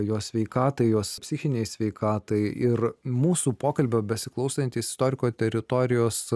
jos sveikatai jos psichinei sveikatai ir mūsų pokalbio besiklausantį istoriko teritorijos